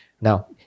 Now